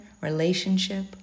relationship